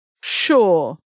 Sure